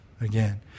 again